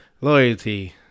Loyalty